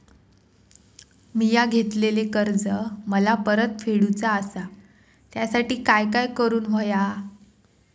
मिया घेतलेले कर्ज मला परत फेडूचा असा त्यासाठी काय काय करून होया?